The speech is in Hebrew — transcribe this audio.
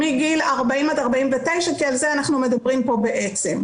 מגיל 40 עד 49, כי על זה אנחנו מדברים פה בעצם.